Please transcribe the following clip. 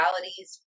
realities